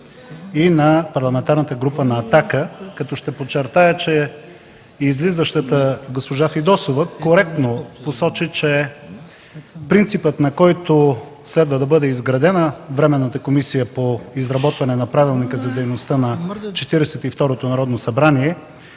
(Парламентарната група на ГЕРБ излиза), като ще подчертая, че излизащата госпожа Фидосова коректно посочи, че принципът, на който следва да бъде изградена Временната комисия по изработване на Правилника за организацията и дейността